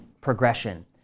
progression